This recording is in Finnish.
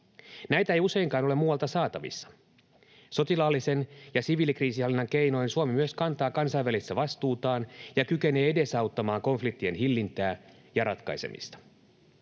Näitä ei useinkaan ole muualta saatavissa. Sotilaallisen ja siviilikriisinhallinnan keinoin Suomi myös kantaa kansainvälistä vastuutaan ja kykenee edesauttamaan konfliktien hillintää ja ratkaisemista.